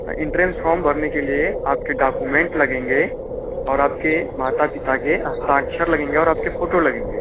हाँ entrance form भरने के लिए आपके डाकुमेंट लगेंगे और आपके माता पिता के हस्ताक्षर लगेंगे और आपके फोटो लगेंगे